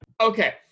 okay